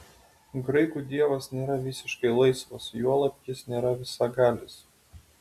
graikų dievas nėra visiškai laisvas juolab jis nėra visagalis